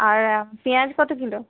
আর পেঁয়াজ কত কিলো